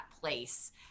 place